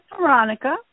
Veronica